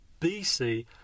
BC